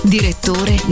Direttore